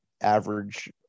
average